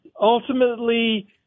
Ultimately